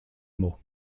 mots